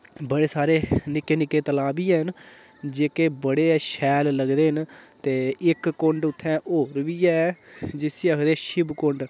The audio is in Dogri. बड़े सारे निक्के निक्के तला बी हैन जेह्के बड़े शैल लगदे न ते इक कुण्ड उत्थै और बी ऐ जिस्सी आक्खदे शिव कुण्ड